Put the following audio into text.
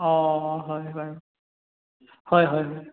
অঁ হয় হয় হয় হয় হয়